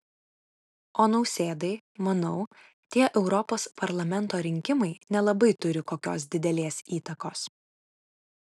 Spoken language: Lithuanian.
o nausėdai manau tie europos parlamento rinkimai nelabai turi kokios didelės įtakos